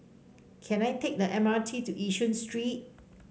can I take the M R T to Yishun Street